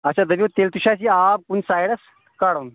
اچھا دٔپیو تیٚلہِ تہِ چھُ اسہِ یہِ آب کُنہِ سایڈس کَڑُن